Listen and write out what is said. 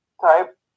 type